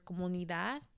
comunidad